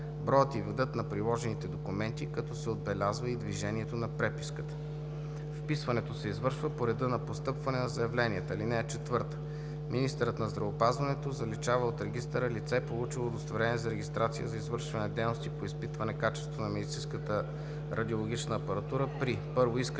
броят и видът на приложените документи, като се отбелязва и движението на преписката. Вписването се извършва по реда на постъпване на заявленията. (4) Министърът на здравеопазването заличава от регистъра лице, получило удостоверение за регистрация за извършване на дейности по изпитване качеството на медицинската радиологична апаратура при: 1. искане на лицето,